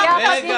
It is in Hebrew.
רגע.